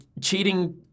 cheating